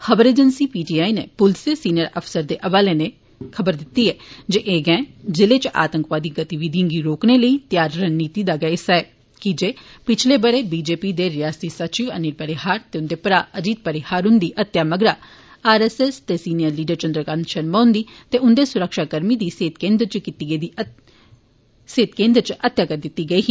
खबर agency P T I नै पुलस दे सिनियर अफसर दे हवाले नै खबर दित्ती ऐ जे एह गै जिलें इच आंतकवादी गतिविधिएं गी रोकने लेई त्यार रणनीति दा हिस्सा ऐ किजे पिच्छले ब'रे बीजेपी दे रियासती सचिव अनिल परिहार ते उन्दे भ्रा अजीत परिहार हुन्दी हत्या मगरा आरएसएस दे सिनियर लीडर चन्द्रकांत षर्मा हुन्दी ते उन्दे सुरक्षाकर्मी दी सेहत केन्द्र इच हत्या कीत्ती गेई ही